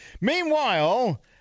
meanwhile